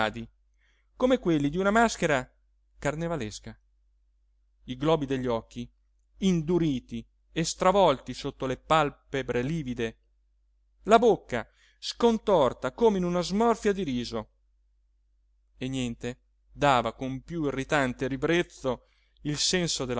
come quelli di una maschera carnevalesca i globi degli occhi induriti e stravolti sotto le palpebre livide la bocca scontorta come in una smorfia di riso e niente dava con più irritante ribrezzo il senso